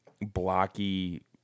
blocky